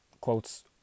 quotes